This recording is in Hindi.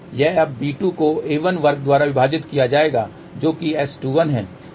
यह अब b2 को a1 वर्ग द्वारा विभाजित किया जाएगा जो कि S21 है